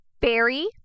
Barry